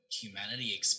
humanity